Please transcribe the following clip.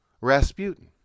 Rasputin